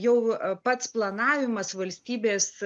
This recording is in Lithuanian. jau pats planavimas valstybės